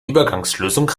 übergangslösung